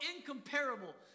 incomparable